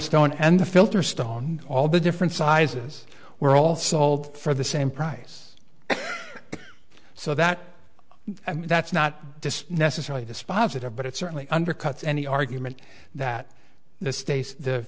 stone and the filter stone all the different sizes were all sold for the same price so that that's not necessarily dispositive but it certainly undercuts any argument that the states